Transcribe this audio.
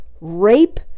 rape